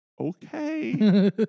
okay